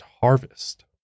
harvest